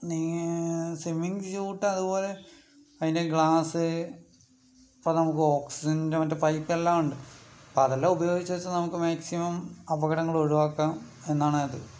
നീ swimming suit അതുപോലെ അതിൻ്റെ ഗ്ലാസ്സ് ഇപ്പോൾ നമുക്ക് ഓക്സിജൻ്റെ മറ്റെ പൈപ്പ് എല്ലാം ഉണ്ട് അപ്പം അതെല്ലാം ഉപയോഗിച്ചച്ചാ നമുക്ക് മാക്സിമം അപകടങ്ങൾ ഒഴിവാക്കാം എന്നാണ് അത്